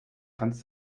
kranz